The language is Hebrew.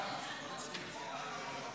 ירושלים בירת ישראל (תיקון מס'